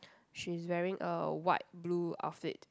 she's wearing a white blue outfit